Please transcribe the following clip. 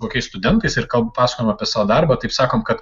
kokiais studentais ir kam pasakojam apie savo darbą taip sakome kad